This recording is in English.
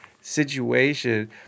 situation